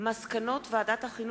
מסקנות ועדת החינוך,